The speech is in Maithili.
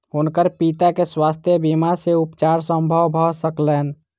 हुनकर पिता के स्वास्थ्य बीमा सॅ उपचार संभव भ सकलैन